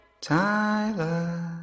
Tyler